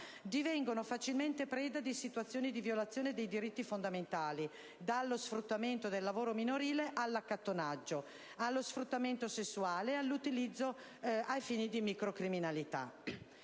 divengono facilmente preda di situazioni di violazione dei diritti fondamentali, dallo sfruttamento del lavoro minorile all'accattonaggio, allo sfruttamento sessuale, all'utilizzo ai fini di microcriminalità.